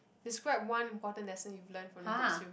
describe one important lesson you've learn from the books you